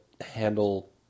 handle